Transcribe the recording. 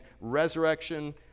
resurrection